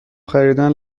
خریدن